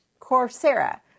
Coursera